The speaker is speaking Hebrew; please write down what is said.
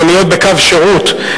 מוניות בקו שירות,